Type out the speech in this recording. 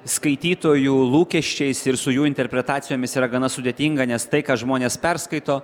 skaitytojų lūkesčiais ir su jų interpretacijomis yra gana sudėtinga nes tai ką žmonės perskaito